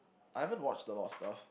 I haven't watched a lot of stuff